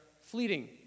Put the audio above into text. fleeting